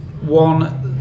One